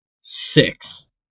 six